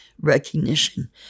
recognition